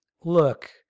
Look